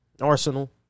Arsenal